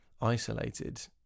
isolated